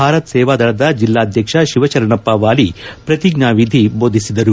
ಭಾರತ ಸೇವಾ ದಳದ ಜಿಲ್ಲಾಧ್ವಕ್ಷ ಶಿವಶರಣಪ್ಪ ವಾಲಿ ಪ್ರತಿಜ್ಞಾ ವಿಧಿ ಬೋಧಿಸಿದರು